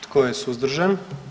Tko je suzdržan?